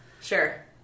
Sure